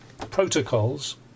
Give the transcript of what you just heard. protocols